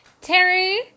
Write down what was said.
Terry